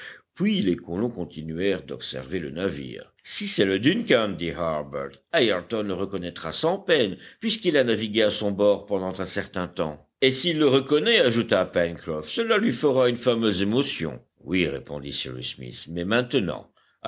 puis les colons continuèrent d'observer le navire si c'est le duncan dit harbert ayrton le reconnaîtra sans peine puisqu'il a navigué à son bord pendant un certain temps et s'il le reconnaît ajouta pencroff cela lui fera une fameuse émotion oui répondit cyrus smith mais maintenant